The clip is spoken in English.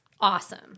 Awesome